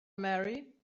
marry